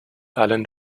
allen